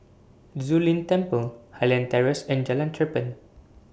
Zu Lin Temple Highland Terrace and Jalan Cherpen